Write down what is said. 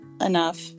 enough